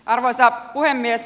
arvoisa puhemies